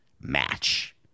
match